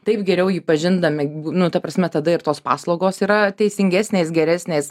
taip geriau jį pažindami nu ta prasme tada ir tos paslaugos yra teisingesnės geresnės